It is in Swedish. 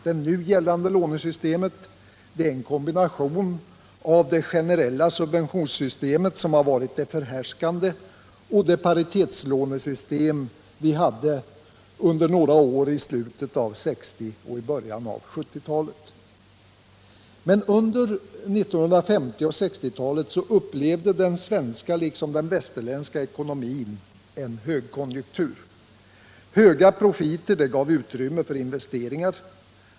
Det nu gällande lånesystemet är en kombination av det generella subventionssystemet, som har varit det förhärskande, och det paritetslånesystem som vi hade under några år i slutet av 1960 och början av 1970-talet. Under 1950 och 1960-talen upplevde den svenska liksom den västerländska ekonomin en högkonjunktur. Höga profiter gav utrymme för investeringar.